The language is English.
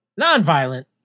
nonviolent